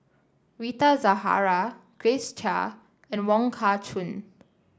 Rita Zahara Grace Chia and Wong Kah Chun